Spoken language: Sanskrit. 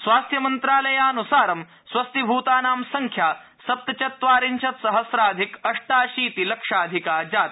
स्वास्थमन्त्रालयानुसारं स्वस्थीभृतानां संख्या सप्तचत्वारिशत्सहम्राधिक अप्टाशीति लक्षाधिका जाता